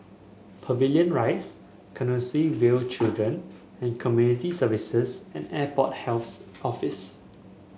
Pavilion Rise Canossaville Children and Community Services and Airport Health Office